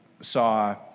saw